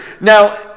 now